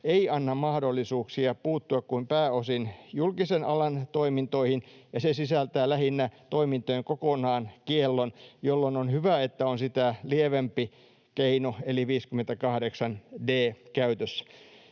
ei anna mahdollisuuksia puuttua kuin pääosin julkisen alan toimintoihin, ja se sisältää lähinnä toimintojen kieltämisen kokonaan, jolloin on hyvä, että on sitä lievempi keino eli 58 d käytössä.